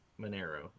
monero